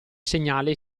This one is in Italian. segnale